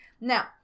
Now